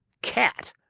cat?